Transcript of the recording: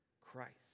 Christ